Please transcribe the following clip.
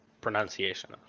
pronunciation